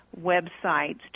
websites